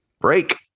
break